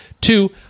Two